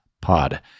pod